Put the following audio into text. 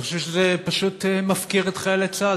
אני חושב שזה פשוט מפקיר את חיילי צה"ל.